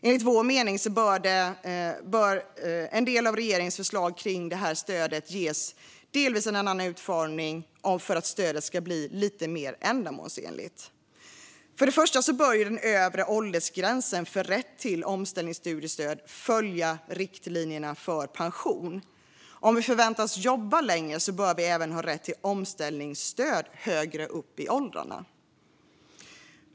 Enligt vår mening bör en del av regeringens förslag kring omställningsstödet ges en delvis annan utformning för att stödet ska bli lite mer ändamålsenligt. För det första bör den övre åldersgränsen för rätt till omställningsstudiestöd följa riktlinjerna för pension. Om vi förväntas jobba längre bör vi även ha rätt till omställningsstöd högre upp i åldrarna.